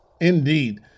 Indeed